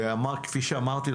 וכפי שאמרתי,